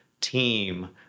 team